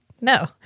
No